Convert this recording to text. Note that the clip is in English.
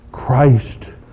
Christ